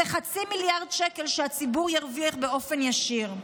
זה 0.5 מיליארד שקל שהציבור ירוויח באופן ישיר.